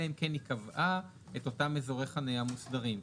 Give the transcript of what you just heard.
אלא אם כן היא קבעה את אותם אזורי חנייה מוסדרים,